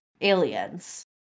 aliens